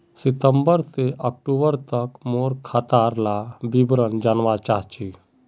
सितंबर से अक्टूबर तक मोर खाता डार विवरण जानवा चाहची?